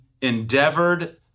endeavored